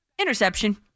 interception